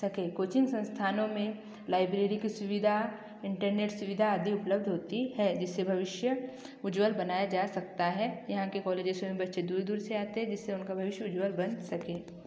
सके कोचिंग संस्थानों में लाइब्रेरी की सुविधा इंटरनेट सुविधा आदि उपलब्ध होती है जिससे भविष्य उज्ज्वल बनाया जा सकता है यहाँ के कॉलेजेस में बच्चे दूर दूर से आते हैं जिससे उनका भविष्य उज्ज्वल बन सके